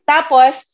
Tapos